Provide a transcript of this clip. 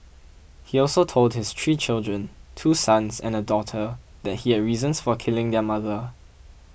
he also told his three children two sons and a daughter that he had reasons for killing their mother